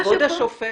כבוד השופטת.